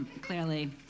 clearly